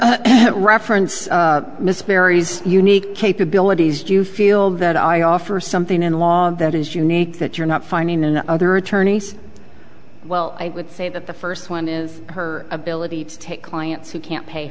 honor reference misspell unique capabilities do you feel that i offer something in law that is unique that you're not finding in other attorneys well i would say that the first one is her ability to take clients who can't pay